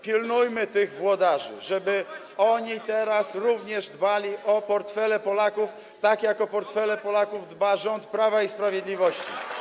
Pilnujmy tych włodarzy, żeby oni teraz również dbali o portfele Polaków, tak jak o portfele Polaków dba rząd Prawa i Sprawiedliwości.